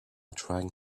trying